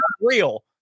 real